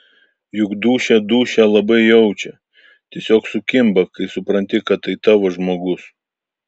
juk dūšia dūšią labai jaučia tiesiog sukimba kai supranti kad tai tavo žmogus